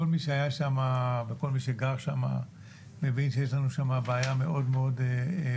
כל מי שהיה שם וכל מי שגר שם מבין שיש לנו שם בעיה מאוד מאוד רצינית.